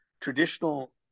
traditional